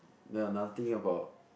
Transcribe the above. then another thing about